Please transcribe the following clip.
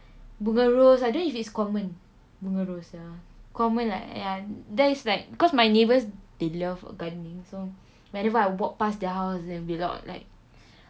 bunga rose I don't know if it's common bunga rose ya common like ya that is like cause my neighbours they love gardening so whenever I walk past their house there'll be a lot like